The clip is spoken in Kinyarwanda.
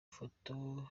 foto